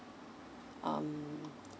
um